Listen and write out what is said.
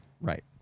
Right